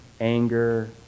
anger